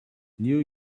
new